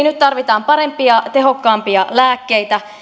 nyt tarvitaan parempia ja tehokkaampia lääkkeitä